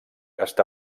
està